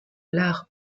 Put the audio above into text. l’art